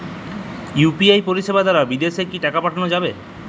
UPI পরিষেবা দারা বিদেশে কি টাকা পাঠানো যাবে?